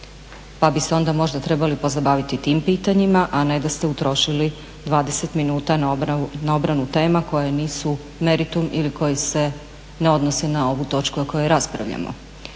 pa bi se onda možda trebali pozabaviti tim pitanjima, a ne da ste utrošili 20 minuta na obranu tema koje nisu meritum ili koje se ne odnose na ovu točku o kojoj raspravljamo.